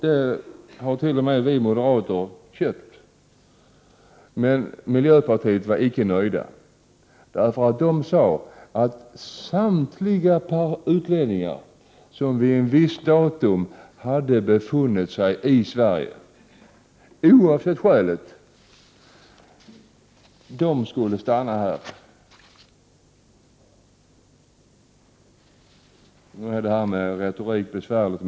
Det har t.o.m. vi moderater köpt. Men miljöpartisterna var icke nöjda. De sade att samtliga utlänningar som vid ett visst datum hade befunnit sig i Sverige, oavsett skälet, skulle få stanna här. Nu är det här med retorik besvärligt.